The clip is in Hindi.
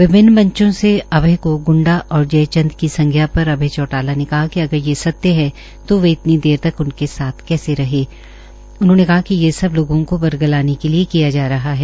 विभिन्न मंचों से अभय चौटाला को गूंडा और जयचंद की संज्ञा पर अभय चौटाला ने कहा कि अगर ये सत्य है तो वे इतनी देर तक उनके साथ कैसे रहे उन्होंने कहा कि ये सब लोगों को बरगलाने के लिए कहा जा रहा है